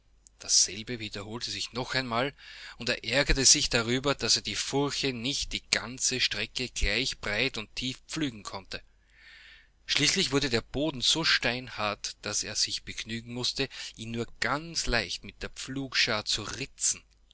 dasselbe wiederholte sich noch einmal und er ärgerte sich darüber daß er die furche nicht die ganze strecke gleich breit und tief pflügen konnte schließlich wurde der boden so steinhart daß er sich begnügen mußte ihn nur ganz leicht mit der pflugschar zu ritzen